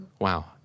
Wow